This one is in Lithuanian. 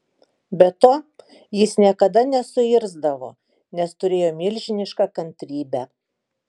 be to jis niekada nesuirzdavo nes turėjo milžinišką kantrybę